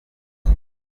nyuma